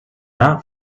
not